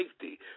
safety